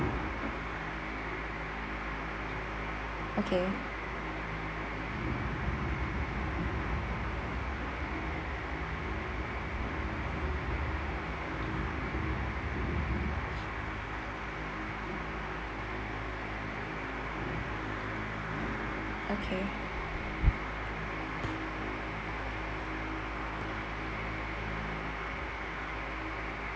okay okay